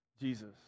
Jesus